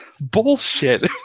Bullshit